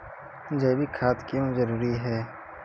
जैविक खाद क्यो जरूरी हैं?